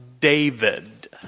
David